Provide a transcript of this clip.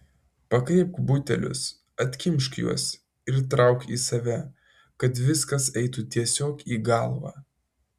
pakreipk butelius atkimšk juos ir trauk į save kad viskas eitų tiesiog į galvą